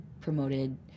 promoted